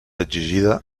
exigida